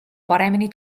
paremini